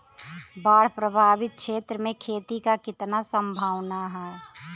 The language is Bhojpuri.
बाढ़ प्रभावित क्षेत्र में खेती क कितना सम्भावना हैं?